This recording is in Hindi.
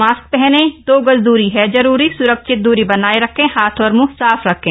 मास्क पहनें दो गज दूरी है जरूरी सुरक्षित दूरी बनाए रखें हाथ और मुंह साफ रखें